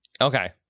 Okay